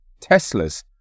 teslas